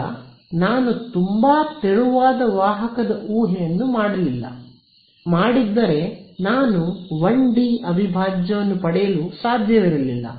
ಈಗ ನಾನು ತುಂಬಾ ತೆಳುವಾದ ವಾಹಕದ ಊಹೆಯನ್ನು ಮಾಡಲಿಲ್ಲ ಮಾಡಿದ್ದರೆ ನಾನು 1 ಡಿ ಅವಿಭಾಜ್ಯವನ್ನು ಪಡೆಯಲು ಸಾಧ್ಯವಿರಲಿಲ್ಲ